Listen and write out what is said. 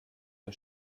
der